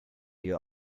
your